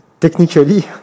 Technically